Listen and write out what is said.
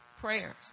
prayers